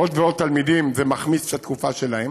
עוד ועוד תלמידים, זה מחמיץ את התקופה שלהם.